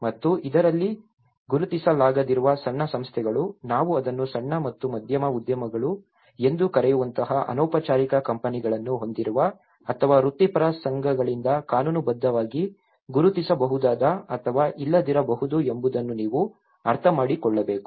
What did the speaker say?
ಮತ್ತು ಇದರಲ್ಲಿ ಗುರುತಿಸಲಾಗದಿರುವ ಸಣ್ಣ ಸಂಸ್ಥೆಗಳು ನಾವು ಅದನ್ನು ಸಣ್ಣ ಮತ್ತು ಮಧ್ಯಮ ಉದ್ಯಮಗಳು ಎಂದು ಕರೆಯುವಂತಹ ಅನೌಪಚಾರಿಕ ಕಂಪನಿಗಳನ್ನು ಹೊಂದಿರುವ ಅಥವಾ ವೃತ್ತಿಪರ ಸಂಘಗಳಿಂದ ಕಾನೂನುಬದ್ಧವಾಗಿ ಗುರುತಿಸಬಹುದಾದ ಅಥವಾ ಇಲ್ಲದಿರಬಹುದು ಎಂಬುದನ್ನು ನೀವು ಅರ್ಥಮಾಡಿಕೊಳ್ಳಬೇಕು